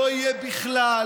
לא יהיה בכלל.